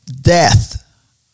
death